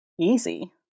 easy